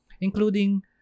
including